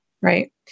Right